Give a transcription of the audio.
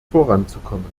voranzukommen